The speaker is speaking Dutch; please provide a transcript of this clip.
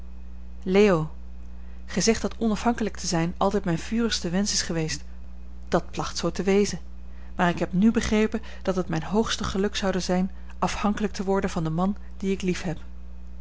leo gij zegt dat onafhankelijk te zijn altijd mijn vurigste wensch is geweest dat placht zoo te wezen maar ik heb nu begrepen dat het mijn hoogste geluk zoude zijn afhankelijk te worden van den man dien ik liefheb